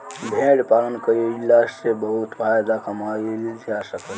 भेड़ पालन कईला से बहुत फायदा कमाईल जा जाला